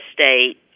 state